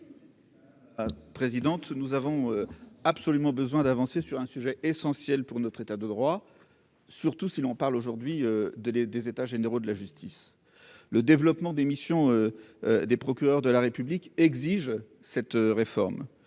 secondes. Présidente nous avons absolument besoin d'avancer sur un sujet essentiel pour notre État de droit, surtout si l'on parle aujourd'hui de des des états généraux de la justice, le développement des missions des procureurs de la République exige cette réforme